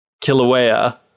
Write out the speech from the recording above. kilauea